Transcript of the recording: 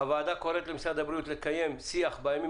הוועדה קוראת למשרד הבריאות לקיים שיח בימים